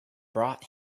brought